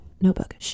notebook